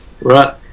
right